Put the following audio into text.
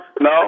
No